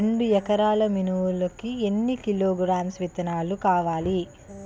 రెండు ఎకరాల మినుములు కి ఎన్ని కిలోగ్రామ్స్ విత్తనాలు కావలి?